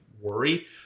worry